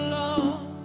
love